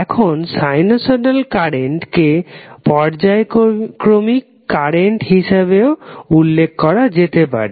এখন sinusoidal current কে পর্যায়ক্রমিক কারেন্ট হিসাবে উল্লেখ করা যেতে পারে